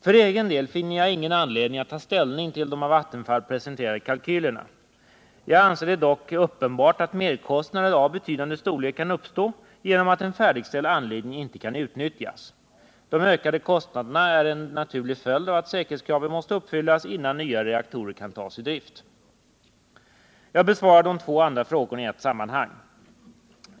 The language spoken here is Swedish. För egen del finner jag ingen anledning att ta ställning till de av Vattenfall presenterade kalkylerna. Jag anser det dock uppenbart att merkostnader av betydande storlek kan uppstå genom att en färdigställd anläggning inte kan utnyttjas. De ökade kostnaderna är en naturlig följd av att säkerhetskraven måste uppfyllas innan nya reaktorer kan tas i drift. Jag besvarar de två andra frågorna i ett sammanhang.